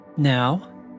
Now